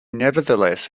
nevertheless